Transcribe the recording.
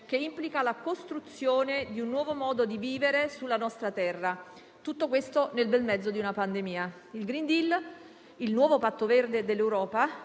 che implica la costruzione di un nuovo modo di vivere sulla nostra terra. Tutto questo nel bel mezzo di una pandemia. Il *green new deal,* il nuovo patto verde dell'Europa,